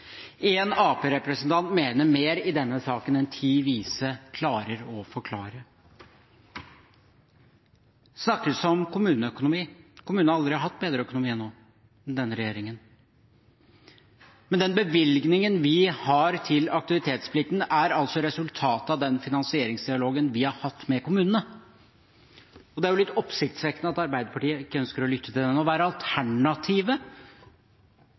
En Arbeiderparti-representant mener mer i denne saken enn ti vise klarer å forklare. Det snakkes om kommuneøkonomi. Kommunene har aldri hatt bedre økonomi enn nå under denne regjeringen, men den bevilgningen vi har til aktivitetsplikten, er resultatet av den finansieringsdialogen vi har hatt med kommunene, og det er litt oppsiktsvekkende at Arbeiderpartiet ikke ønsker å lytte til den. Og